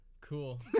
Cool